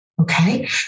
Okay